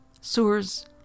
Sewers